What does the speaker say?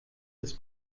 das